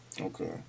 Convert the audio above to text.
okay